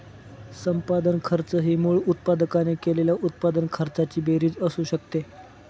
संपादन खर्च ही मूळ उत्पादकाने केलेल्या उत्पादन खर्चाची बेरीज असू शकते